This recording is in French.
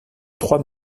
trois